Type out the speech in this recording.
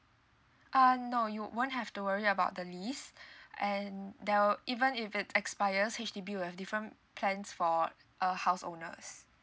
uh no you won't have to worry about the lease and there were even if it expires H_D_B will have different plans for uh house owners